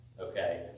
Okay